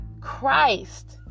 Christ